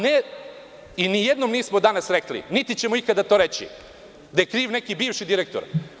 Nijednom nismo danas rekli, niti ćemo ikada to reći, da je kriv neki bivši direktor.